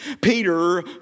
Peter